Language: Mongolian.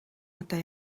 одоо